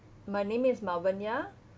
my name is malvania